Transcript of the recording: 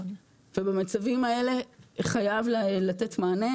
ובמצבים האלה חייב לתת מענה,